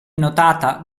notata